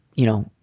you know,